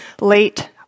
late